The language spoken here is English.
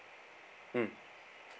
mm